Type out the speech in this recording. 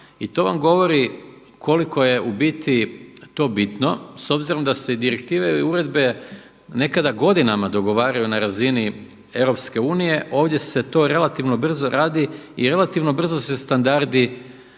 i to vam govori koliko je u biti to bitno s obzirom da se direktive i uredbe nekada godinama dogovaraju na razini EU, ovdje se to relativno brzo radi i relativno se brzo standardi